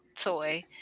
toy